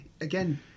again